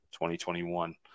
2021